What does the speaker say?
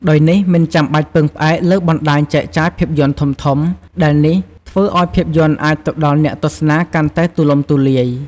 ដោយនេះមិនចាំបាច់ពឹងផ្អែកលើបណ្ដាញចែកចាយភាពយន្តធំៗ ដែលនេះធ្វើឱ្យភាពយន្តអាចទៅដល់អ្នកទស្សនាកាន់តែទូលំទូលាយ។